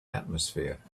atmosphere